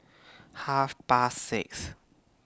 Half Past six